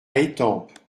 étampes